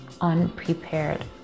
unprepared